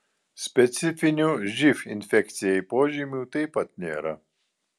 specifinių živ infekcijai požymių taip pat nėra